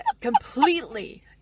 completely